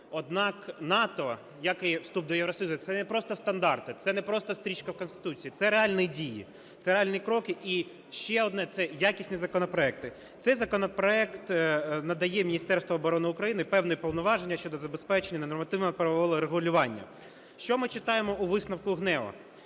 Однак НАТО, як і вступ до Євросоюзу, – це не просто стандарти, це не просто стрічка в Конституції, це реальні дії, це реальні кроки і, ще одне, це якісні законопроекти. Цей законопроект надає Міністерству оброни України певні повноваження щодо забезпечення нормативно-правового регулювання. Що ми читаємо у висновку ГНЕУ?